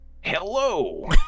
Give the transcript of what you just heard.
Hello